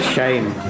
Shame